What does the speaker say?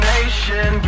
Nation